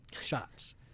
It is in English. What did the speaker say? shots